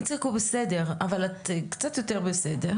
איציק הוא בסדר, אבל את קצת יותר בסדר.